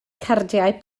cardiau